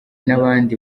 n’abandi